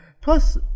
Plus